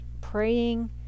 praying